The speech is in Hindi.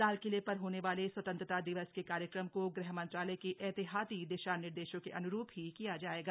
लाल किले पर होने वाले स्वतंत्रता दिवस के कार्यक्रम को ग़हमंत्रालय के एहतियाति दिशा निर्देशों के अन्रूप ही किया जायेगा